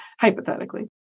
hypothetically